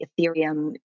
Ethereum